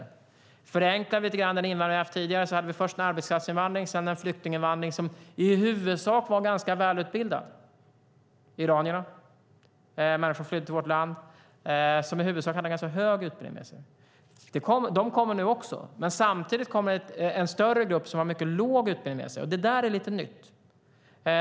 Om vi förenklar lite grann hade vi tidigare först en arbetskraftsinvandring och sedan en flyktinginvandring av människor som i huvudsak var ganska välutbildade, till exempel iranierna. Människor som flydde till vårt land hade i huvudsak en ganska hög utbildning med sig. Dessa kommer nu också, men samtidigt kommer det en större grupp som har mycket låg utbildning med sig, och det är lite nytt.